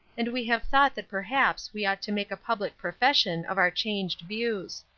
and we have thought that perhaps we ought to make a public profession of our changed views.